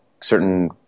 certain